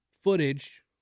footage